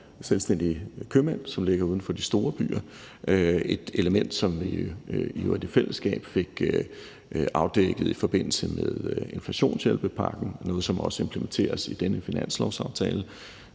selvstændige købmænd, som ligger uden for de store byer – et element, som vi i øvrigt i fællesskab fik afdækket i forbindelse med inflationshjælpepakken, og noget, som også implementeres med denne finanslovsaftale.